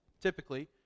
typically